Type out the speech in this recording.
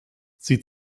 sie